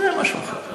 זה משהו אחר.